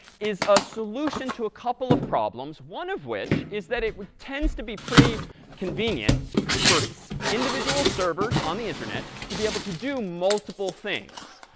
is a solution to a couple of problems, one of which is that it tends to be pretty convenient for individual servers on the internet to be able to do multiple things,